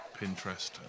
Pinterest